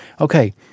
Okay